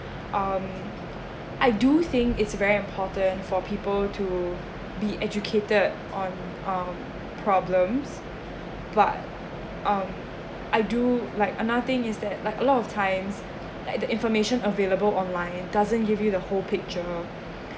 um I do think it's very important for people to be educated on on problems but um I do like another thing is that like a lot of times like the information available online doesn't give you the whole picture